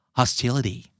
hostility